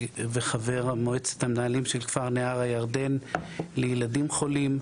וחבר מועצת המנהלים של כפר נהר הירדן לילדים חולים,